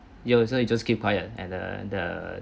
you also you just keep quiet and the the